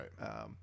right